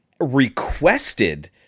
requested